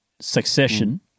succession